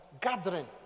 gathering